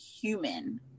human